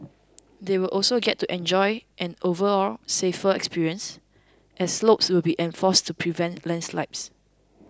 they will also get to enjoy an overall safer experience as slopes will be reinforced to prevent landslides